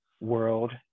world